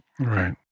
Right